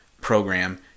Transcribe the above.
program